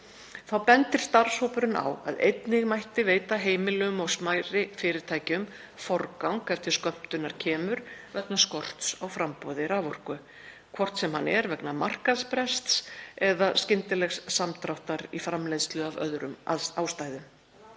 Þá bendir starfshópurinn á að einnig mætti veita heimilum og smærri fyrirtækjum forgang ef til skömmtunar kemur vegna skorts á framboði raforku, hvort sem hann er vegna markaðsbrests eða skyndilegs samdráttar í framleiðslu af öðrum ástæðum.